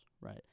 right